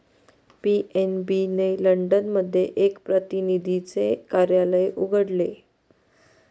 PNB ने London मध्ये एक प्रतिनिधीचे कार्यालय उघडले